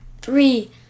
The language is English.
three